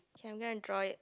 can go and draw it